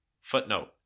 Footnote